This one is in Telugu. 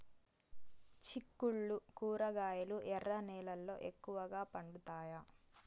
చిక్కుళ్లు కూరగాయలు ఎర్ర నేలల్లో ఎక్కువగా పండుతాయా